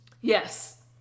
Yes